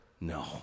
No